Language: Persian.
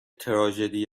تراژدی